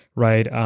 right?